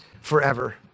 forever